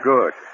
Good